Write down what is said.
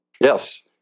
yes